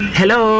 hello